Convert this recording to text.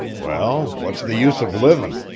well, what's the use of livin'?